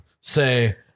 Say